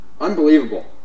Unbelievable